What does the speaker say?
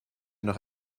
noch